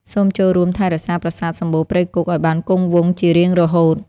សូមចូលរួមថែរក្សាប្រាសាទសំបូរព្រៃគុកឱ្យបានគង់វង្សជារៀងរហូត។